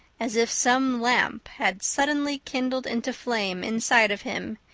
as if some lamp had suddenly kindled into flame inside of him,